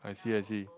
I see I see